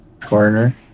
corner